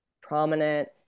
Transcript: prominent